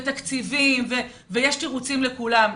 ותקציבים, ויש תירוצים לכולם.